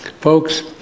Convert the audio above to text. Folks